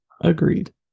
agreed